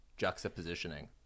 juxtapositioning